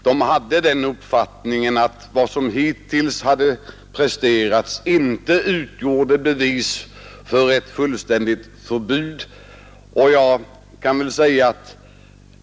Man hade den uppfattningen att vad som dittills hade presterats inte utgjorde bevis för att ett fullständigt förbud borde införas.